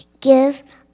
give